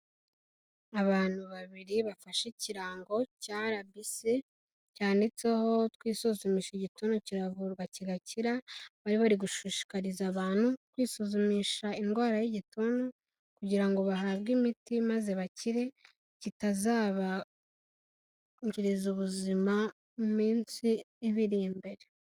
Abantu babiri bafashe ikirango cya RBC, cyanditseho twisuzumishe igituntu kiravurwa kigakira, bari bari gushishikariza abantu kwisuzumisha indwara y'igituntu kugira ngo bahabwe imiti maze bakire, kitazabangiriza ubuzima mu minsi iba iri imbere.